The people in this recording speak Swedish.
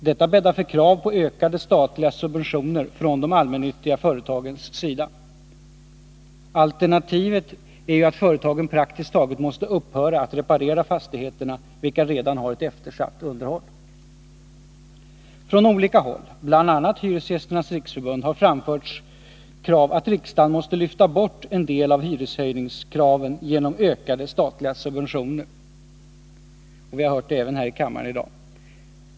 Detta bäddar för krav på ökade statliga subventioner från de allmännyttiga företagens sida. Alternativet är att företagen praktiskt taget måste upphöra att reparera fastigheterna, vilka redan har ett eftersatt underhåll. Från olika håll, bl.a. från Hyresgästernas riksförbund, har framförts att riksdagen måste lyfta bort en del av hyreshöjningskraven genom ökade statliga subventioner. Vi har hört det även här i kammaren i dag.